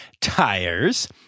tires